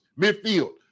Midfield